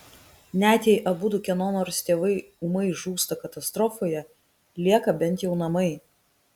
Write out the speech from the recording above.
net jei abudu kieno nors tėvai ūmai žūsta katastrofoje lieka bent jau namai